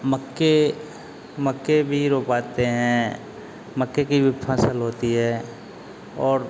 मक्के मक्के भी रोपाते हैं मक्के की भी फसल होती है और